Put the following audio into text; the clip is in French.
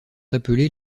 appelés